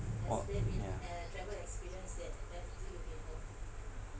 or ya